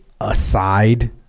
aside